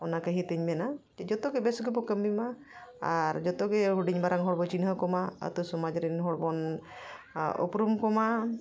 ᱚᱱᱟ ᱠᱟᱹᱦᱤᱛᱮᱧ ᱢᱮᱱᱟ ᱡᱮ ᱡᱷᱚᱛᱚᱜᱮ ᱵᱮᱥ ᱜᱮᱵᱚᱱ ᱠᱟᱹᱢᱤᱢᱟ ᱟᱨ ᱡᱷᱚᱛᱚᱜᱮ ᱦᱩᱰᱤᱧ ᱢᱟᱨᱟᱝ ᱦᱚᱲᱵᱚᱱ ᱪᱤᱱᱦᱟᱹᱣ ᱠᱚᱢᱟ ᱟᱹᱛᱩ ᱥᱚᱢᱟᱡᱽ ᱨᱮᱱ ᱦᱚᱲ ᱵᱚᱱ ᱩᱯᱨᱩᱢ ᱠᱚᱢᱟ